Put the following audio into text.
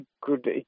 Good